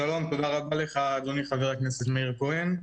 שלום, תודה רבה לך, חבר הכנסת מאיר כהן,